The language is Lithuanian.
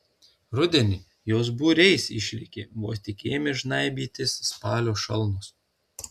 rudenį jos būriais išlėkė vos tik ėmė žnaibytis spalio šalnos